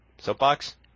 Soapbox